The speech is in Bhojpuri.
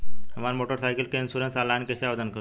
हमार मोटर साइकिल के इन्शुरन्सऑनलाइन कईसे आवेदन होई?